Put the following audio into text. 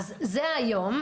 אז זה היום.